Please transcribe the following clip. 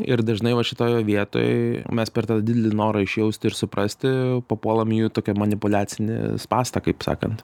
ir dažnai va šitoje vietoj mes per tą didelį norą išjausti ir suprasti papuolam į jų tokią manipuliacinę pastą kaip sakant